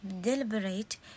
deliberate